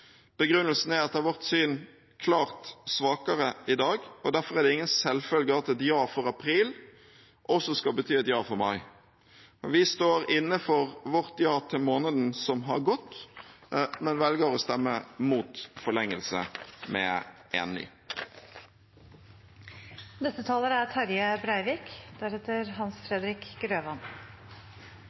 Begrunnelsen er etter vårt syn klart svakere i dag, og derfor er det ingen selvfølge at et ja for april også skal bety et ja for mai. Vi står inne for vårt ja til måneden som har gått, men velger å stemme mot forlengelse med en